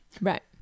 right